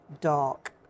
dark